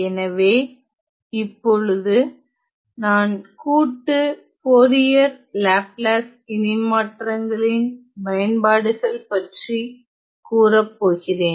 எனவே இப்போது நான் கூட்டு போரியர் லாப்லாஸ் இணைமாற்றங்களின் பயன்பாடுகள் பற்றி கூறப்போகிறேன்